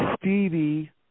Stevie